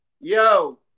Yo